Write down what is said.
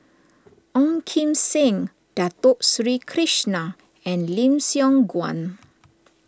Ong Kim Seng Dato Sri Krishna and Lim Siong Guan